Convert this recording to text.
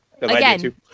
Again